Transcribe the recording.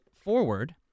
forward